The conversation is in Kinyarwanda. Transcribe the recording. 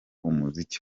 umuziki